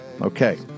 Okay